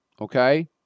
Okay